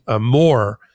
more